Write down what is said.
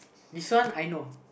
this one I know